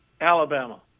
Alabama